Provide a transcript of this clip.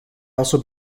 also